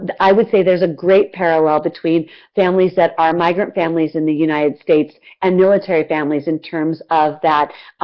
i would say there is a great parallel between families that are migrant families in the united states and military families in terms of that